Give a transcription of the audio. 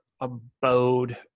abode